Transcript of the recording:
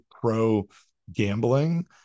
pro-gambling